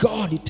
God